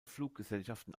fluggesellschaften